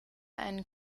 einen